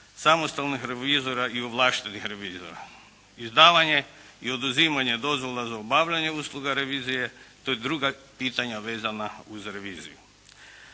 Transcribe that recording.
samostalnih revizora i ovlaštenih revizora, izdavanje i oduzimanje dozvola za obavljanje usluga revizije te druga pitanja vezana uz reviziju.